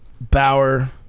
Bauer